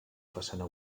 façana